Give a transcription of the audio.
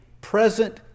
present